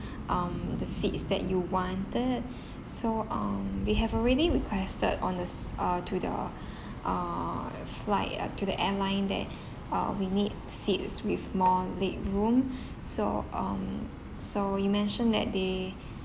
um the seats that you wanted so um we have already requested on the s~ uh to the uh fli~ uh to the airline that uh we need seats with more leg room so um so you mentioned that they